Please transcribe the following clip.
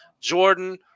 Jordan